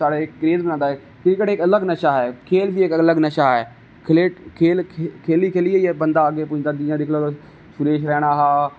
साढ़े इक क्रेज बनादा है क्रिकेट इक अलग नशा खैल बी इक अलग नशा ऐ खैल खैली इक बंदा अग्गे पुजदा जियां दिक्खी लेऔ तुस सुरेश रैणा हा